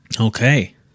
Okay